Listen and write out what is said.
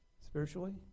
Spiritually